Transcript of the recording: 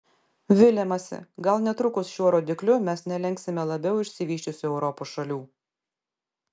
viliamasi gal netrukus šiuo rodikliu mes nelenksime labiau išsivysčiusių europos šalių